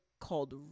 called